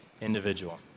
individual